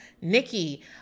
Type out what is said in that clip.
Nikki